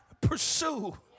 pursue